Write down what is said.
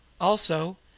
Also